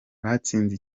batsinze